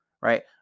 right